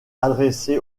adressé